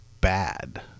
bad